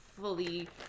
fully